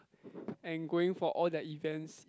and going for all their events